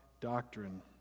doctrine